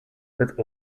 that